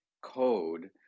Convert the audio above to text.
code